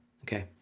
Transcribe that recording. Okay